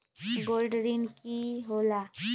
Gold ऋण की होला?